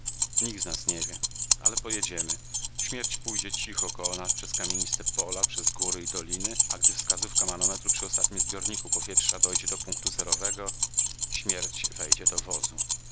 nikt z nas nie wie ale pojedziemy śmierć pójdzie cicho koło nas przez kamieniste pola przez góry i doliny a gdy wskazówka manometru przy ostatnim zbiorniku powietrza dojdzie do punktu zerowego śmierć wejdzie do wozu